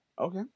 Okay